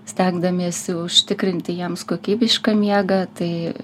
stengdamiesi užtikrinti jiems kokybišką miegą tai